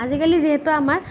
আজিকালি যিহেতু আমাৰ